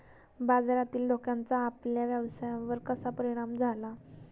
बाजारातील धोक्याचा आपल्या व्यवसायावर कसा परिणाम झाला?